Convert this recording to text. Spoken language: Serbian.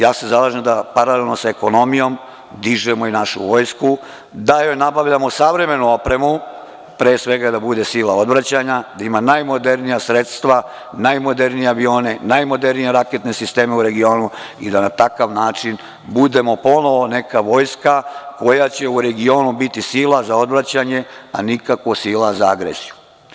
Ja se zalažem da paralelno sa ekonomijom dižemo i našu vojsku, da joj nabavljamo savremenu opremu, pre svega da bude sila odvraćanja, da ima najmodernija sredstva, najmodernije avione, najmodernije raketne sisteme u regionu i da na takav način budemo ponovo neka vojska koja će u regionu biti sila za odvraćanje, a nikako sila za agresiju.